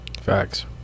Facts